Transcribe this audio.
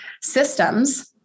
systems